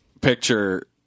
picture